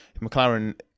McLaren